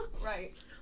Right